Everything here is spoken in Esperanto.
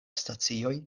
stacioj